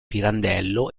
pirandello